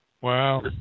Wow